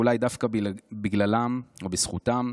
ואולי דווקא בגללם או בזכותם,